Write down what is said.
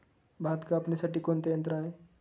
भात कापणीसाठी कोणते यंत्र आहे?